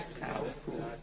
powerful